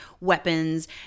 weapons